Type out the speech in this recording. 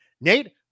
Nate